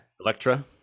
Electra